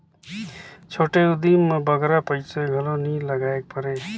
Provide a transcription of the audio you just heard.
छोटे उदिम में बगरा पइसा घलो नी लगाएक परे